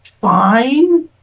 fine